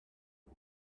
ich